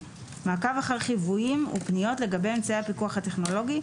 מעקב אחר חיוויים ופניות לגבי אמצעי הפיקוח הטכנולוגי,